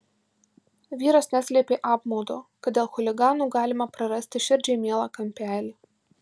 vyras neslėpė apmaudo kad dėl chuliganų galime prarasti širdžiai mielą kampelį